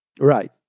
Right